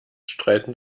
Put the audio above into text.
streiten